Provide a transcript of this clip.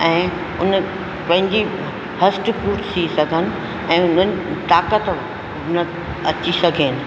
ऐं उन पंहिंजी हष्ट पुष्ट थी सघन ऐं हुननि ताक़त हुन में अची सघनि